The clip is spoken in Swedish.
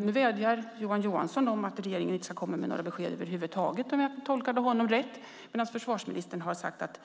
Nu vädjar Johan Johansson om att regeringen inte ska komma med några besked över huvud taget, om jag tolkade honom rätt, medan försvarsministern har sagt att